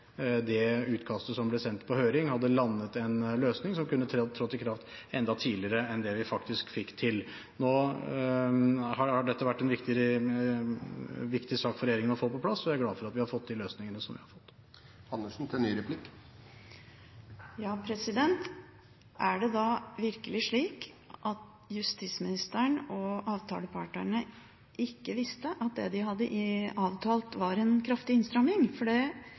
det utkastet som ble sendt på høring, hadde landet en løsning som kunne trådt i kraft enda tidligere enn det vi faktisk fikk til. Nå har dette vært en viktig sak for regjeringen å få på plass, og jeg er glad for at vi har fått de løsningene som vi har fått. Er det da virkelig slik at justisministeren og avtalepartnerne ikke visste at det de hadde avtalt, var en kraftig innstramming?